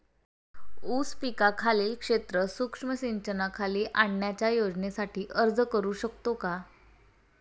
ऊस पिकाखालील क्षेत्र सूक्ष्म सिंचनाखाली आणण्याच्या योजनेसाठी अर्ज करू शकतो का?